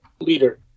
leader